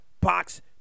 box